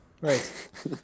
right